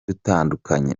dutandukanye